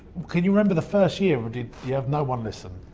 can you remember the first year, did you have no one listen?